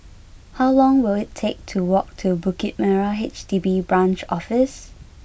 how long will it take to walk to Bukit Merah H D B Branch Office